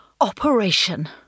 Operation